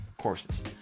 courses